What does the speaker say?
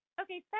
Okay